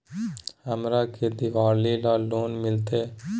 हमरा के दिवाली ला लोन मिलते?